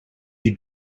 you